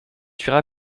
tuera